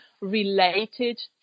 related